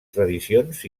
tradicions